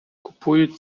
купують